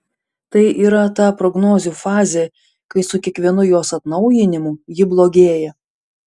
tai yra ta prognozių fazė kai su kiekvienu jos atnaujinimu ji blogėja